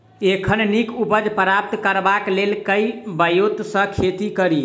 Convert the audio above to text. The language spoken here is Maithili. एखन नीक उपज प्राप्त करबाक लेल केँ ब्योंत सऽ खेती कड़ी?